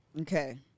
Okay